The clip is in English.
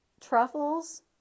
truffles